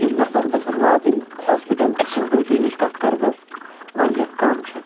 یِم نَفَر گَژھَن واتٕنۍ ہاسپِٹَل اٮ۪کسٮ۪سبِلٹی ییٚمِچ کَتھ کَرٕ بہٕ واریاہ کَم چھِ